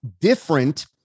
different